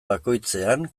bakoitzean